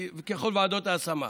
כביכול, ועדות ההשמה,